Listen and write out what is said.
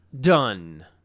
Done